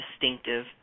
distinctive